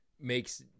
makes